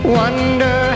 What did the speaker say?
wonder